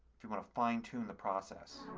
if you want to fine tune the process.